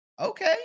Okay